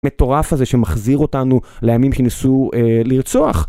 מטורף הזה שמחזיר אותנו לימים שניסו לרצוח.